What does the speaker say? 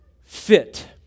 fit